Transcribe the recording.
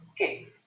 okay